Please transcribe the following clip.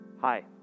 Hi